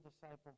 disciple